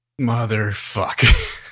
Motherfuck